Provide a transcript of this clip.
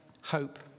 hope